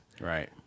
Right